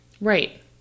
Right